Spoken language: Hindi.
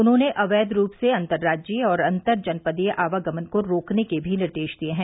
उन्होंने अवैध रूप से अतर्राज्यीय और अंतरजनपदीय आवागमन को रोकने के भी निर्देश दिये हैं